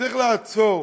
שצריך לעצור